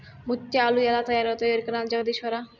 ముత్యాలు ఎలా తయారవుతాయో ఎరకనా జగదీశ్వరా